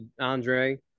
Andre